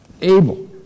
Abel